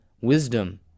wisdom